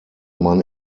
man